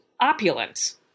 opulence